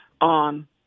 on